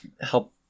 help